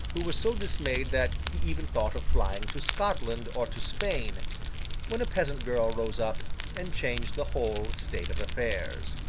who was so dismayed that he even thought of flying to scotland or to spain when a peasant girl rose up and changed the whole state of affairs.